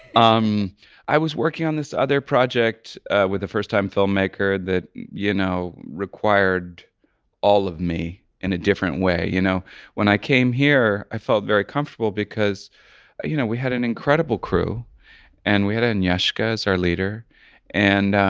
um i was working on this other project with a first time filmmaker that you know required all of me in a different way. you know when i came here, i felt very comfortable because you know we had an incredible crew and we had agnieszka as our leader and